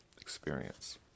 experience